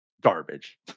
garbage